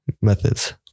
methods